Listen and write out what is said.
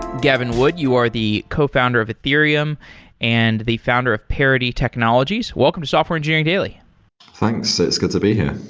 gavin wood, you are the cofounder of ethereum and the founder of parity technologies. welcome to software engineering daily thanks. it's good to be here.